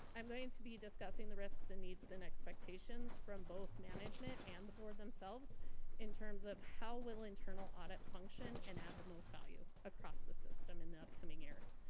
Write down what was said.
i'm going to be discussing the risks and needs and expectations from both management and the board themselves in terms of how will internal audit function and add the most value across the system in the upcoming years.